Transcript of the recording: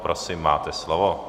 Prosím, máte slovo.